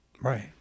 Right